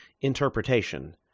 interpretation